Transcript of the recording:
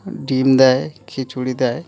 ডিম দেয় খিচুড়ি দেয়